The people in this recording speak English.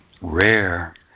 rare